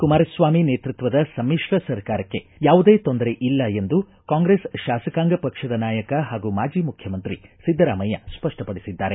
ಕುಮಾರಸ್ವಾಮಿ ನೇತೃತ್ವದ ಸಮಿಶ್ರ ಸರ್ಕಾರಕ್ಕೆ ಯಾವುದೇ ತೊಂದರೆಯಿಲ್ಲ ಎಂದು ಕಾಂಗ್ರೆಸ್ ಶಾಸಕಾಂಗ ಪಕ್ಷದ ನಾಯಕ ಹಾಗೂ ಮಾಜಿ ಮುಖ್ಯಮಂತ್ರಿ ಸಿದ್ದರಾಮಯ್ಯ ಸ್ಪಷ್ಟಪಡಿಸಿದ್ದಾರೆ